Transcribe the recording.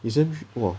isn't !wah!